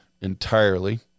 entirely